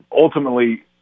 ultimately –